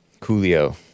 Coolio